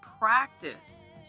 practice